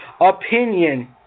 opinion